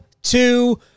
two